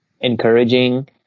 encouraging